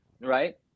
right